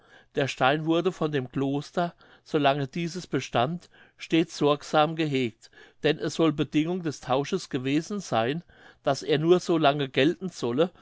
der stein wurde von dem kloster solange dieses bestand stets sorgsam gehegt denn es soll bedingung des tausches gewesen seyn daß er nur so lange gelten solle